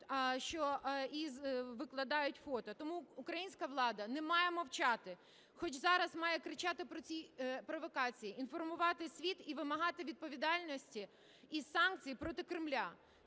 і викладають фото. Тому українська влада не має мовчати, хоч зараз має кричати про ці провокації, інформувати світ і вимагати відповідальності і санкцій проти Кремля.